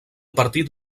partit